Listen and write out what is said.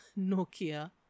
nokia